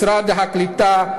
משרד הקליטה,